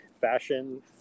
fashion